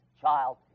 child